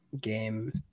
game